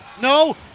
no